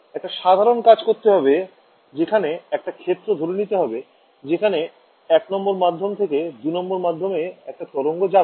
একটা সাধারণ কাজ করতে হবে যেখানে একটা ক্ষেত্র ধরে নিতে হবে যেখানে ১ নং মাধ্যম থেকে ২ নং মাধ্যমে একটা তরঙ্গ যাবে